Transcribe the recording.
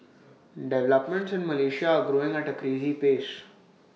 developments in Malaysia are growing at A crazy pace